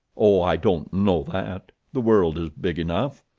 oh, i don't know that. the world is big enough.